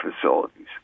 facilities